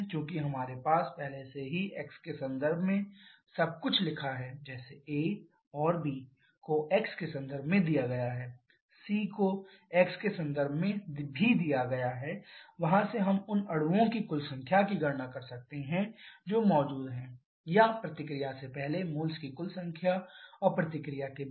चूँकि हमारे पास पहले से ही x के संदर्भ में सब कुछ लिखा है जैसे a और b को x के संदर्भ में दिया गया है c को x के संदर्भ में भी दिया गया है वहाँ से हम उन अणुओं की कुल संख्या की गणना कर सकते हैं जो मौजूद हैं या प्रतिक्रिया से पहले मोल्स की कुल संख्या और प्रतिक्रिया के बाद